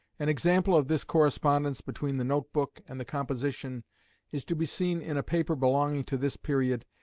an example of this correspondence between the note-book and the composition is to be seen in a paper belonging to this period,